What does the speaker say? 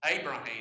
Abraham